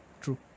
True